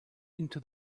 into